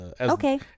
Okay